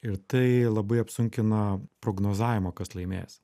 ir tai labai apsunkina prognozavimą kas laimės